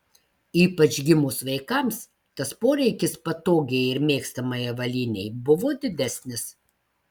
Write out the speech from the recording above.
ypač gimus vaikams tas poreikis patogiai ir mėgstamai avalynei buvo didesnis